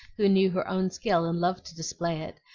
who knew her own skill and loved to display it,